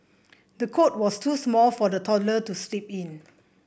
the cot was too small for the toddler to sleep in